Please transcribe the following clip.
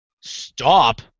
Stop